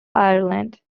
ireland